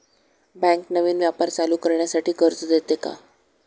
Bank नवीन व्यापार चालू करण्यासाठी कर्ज देते का?